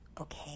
Okay